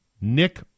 Nick